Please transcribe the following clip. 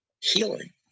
healing